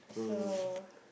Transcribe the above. so